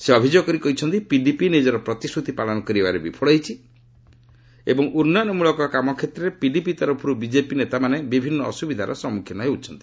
ସେ ଅଭିଯୋଗ କରି କହିଛନ୍ତି ପିଡିପି ନିଜର ପ୍ରତିଶ୍ରତି ପାଳନ କରିବାରେ ବିଫଳ ହୋଇଛି ଏବଂ ଉନ୍ନୟନମଳକ କାମ କ୍ଷେତ୍ରରେ ପିଡିପି ତରଫରୁ ବିକେପି ନେତାମାନେ ବିଭିନ୍ନ ଅସୁବିଧାର ସମ୍ମୁଖୀନ ହେଉଛନ୍ତି